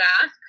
ask